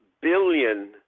billion